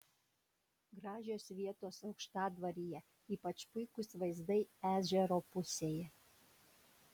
gražios vietos aukštadvaryje ypač puikūs vaizdai ežero pusėje